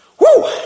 Woo